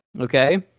Okay